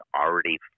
already